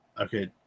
okay